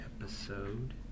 episode